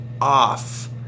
off